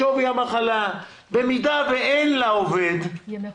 לא, כתוב שהוא כן יקבל.